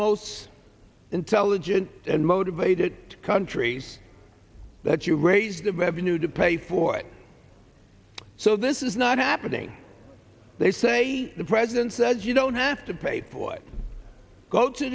most intelligent and motivated country that you raise the revenue to pay for it so this is not happening they say the president says you don't have to pay for it go to